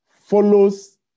follows